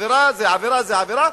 עבירה זה עבירה זה עבירה,